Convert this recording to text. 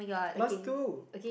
last two